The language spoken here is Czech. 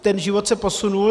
Ten život se posunul.